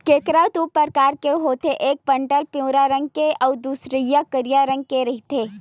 केंकरा दू परकार होथे एक पंडरा पिंवरा रंग के अउ दूसरइया करिया रंग के रहिथे